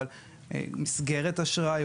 כמו מסגרת אשראי,